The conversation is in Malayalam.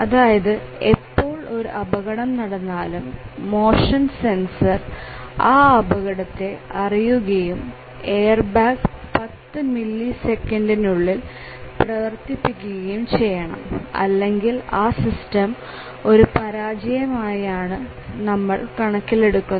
അതായത് എപ്പോൾ ഒരു അപകടം നടന്നാലും മോഷൻ സെൻസർ ആ അപകടത്തെ അറിയുകയും എയർബാഗ് 10 മില്ലി സെക്കൻഡിനുള്ളിൽ പ്രവർത്തിപ്പിക്കുകയും ചെയ്യണം അല്ലെങ്കിൽ ആ സിസ്റ്റം ഒരു പരാജയം ആയാണ് നമ്മൾ കണക്കിലെടുക്കുന്നത്